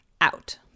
out